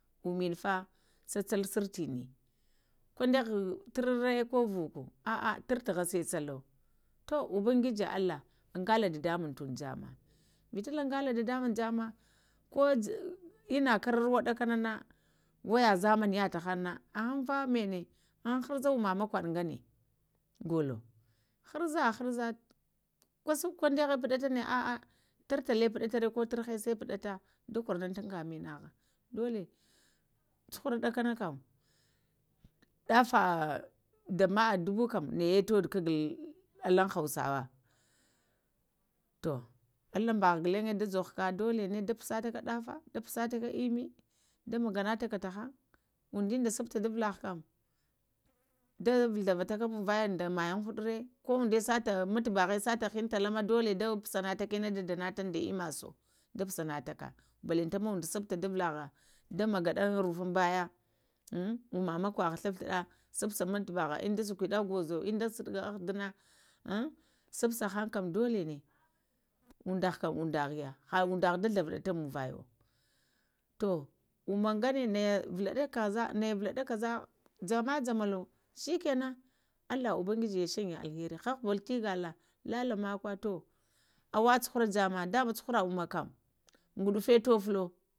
Ummini ɦa tsə-tsəl sirtinə kundə-ghaɗə turalə ko vuku əhə tər tuh əsə tsərəlo tu ubangiji allah əŋgalə dədəmuŋm jəmmə, vita ləŋgələ dadə muŋm jəmmə ko inə karrarwə ɗəkənə waya bamanya tahŋn nə əhəŋ fa mənə harza ummə məkwəɗə ghuŋə golo harzə harza, kəsuku kuŋdaghə puɗatə nə əhəh tar tala pudutənə ko tar hisa puɗəta ɗa kwəraŋta anya mənə-ghə dola cuhurə ɗakənəkam ɗafa jəmə'a dubu kam nəyə toɗulo kaga laŋn hau sawe tu əlaŋba ha ghulaŋ juhukə dola na da puskə ɗafa dapusatəkə immi də magana taka tahəŋn uŋɗində supta ɗa villagha kam da ghavataka maŋva va da mayaŋ ɦuɗirə ko uŋda sata majubəgha sata dola da pusanəta ka tinuŋ da danətə da əmma su da pusanataka balantanama uŋdu supta dəvalagha da mghaɗa rufunbəyə əm umma makw əghana ghluf-ghudə supsa majubəgha uŋda sahwidə əh gwozo, uŋda sakwiɗi əhɗunə sapsahaŋ kam dol. na uŋdahakam uŋdaghaya, ha uŋdagha da ghavaɗata muŋvayəwo tu umma ghana ah naja vuladayə kasa, nayə vivaɗaya kasə jama-jumalo shikanan allah ubangiji ya sanya alheri hahabal təgala lala makwə to əw ai haralo jamma da ma cuhura umma kam